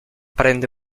prende